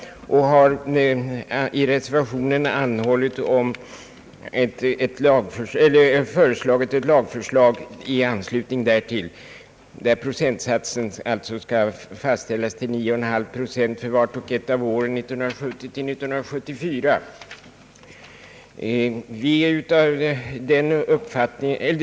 I reservationen föreslår vi att lagförslaget skall innebära att procentsatsen skall fastställas till 9,5 för vart och ett av åren 1970— 1974.